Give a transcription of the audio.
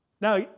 Now